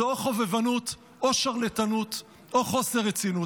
זו או חובבנות או שרלטנות או חוסר רצינות.